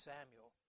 Samuel